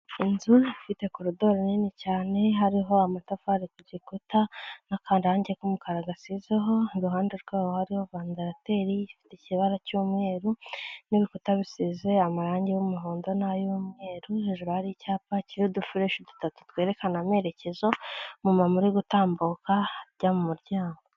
Inzu ifite korodoro nini cyane, hariho amatafari ku gikuta n'akarange k'umukara gasizeho, iruhande rwabo hariho vandarateri ifite ikibara cy'umweru n'ibikuta bisize amarangi y'umuhondo n'ay'umweru, hejuru hari icyapa kiriho udufureshi dutatu twerekana amerekezo, umumama uri gutambuka ajya mu muryango.